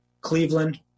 Cleveland